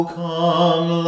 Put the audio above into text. come